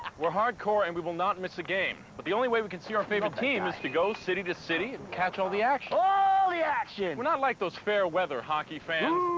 we're hardcore and we will not miss a game. but the only way we can see our favorite team is to go city to city and catch all the action. all the action! we're not like those fair weather hockey fans.